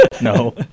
no